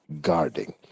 guarding